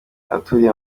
abaturiye